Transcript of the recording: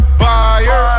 buyer